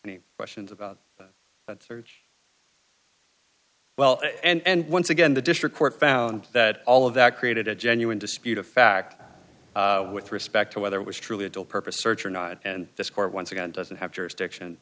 any questions about that search well and once again the district court found that all of that created a genuine dispute of fact with respect to whether it was truly a dual purpose search or not and this court once again doesn't have jurisdiction